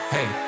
Hey